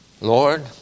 Lord